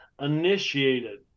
initiated